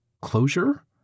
closure